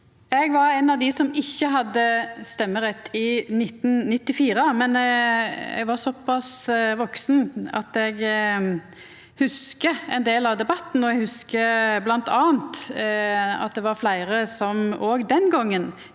Eg var ein av dei som ikkje hadde stemmerett i 1994, men eg var såpass vaksen at eg hugsar ein del av debatten. Eg hugsar bl.a. at det var fleire som òg den gongen